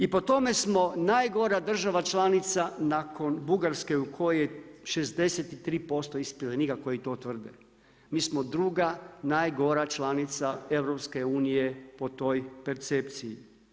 I po tome smo najgora država članica nakon Bugarske u kojoj je 63% ispitanika koji to tvrde, mi smo druga najgora članica EU po toj percepciji.